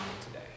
today